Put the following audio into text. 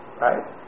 right